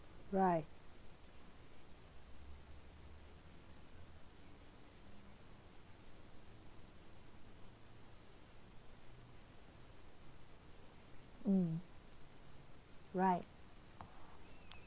right mm right